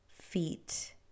feet